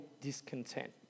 discontent